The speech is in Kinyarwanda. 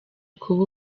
kuba